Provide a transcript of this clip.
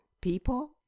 people